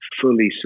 fully